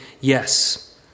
yes